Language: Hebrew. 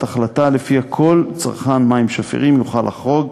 החלטה שלפיה כל צרכן מים שפירים יוכל לחרוג